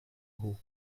hoch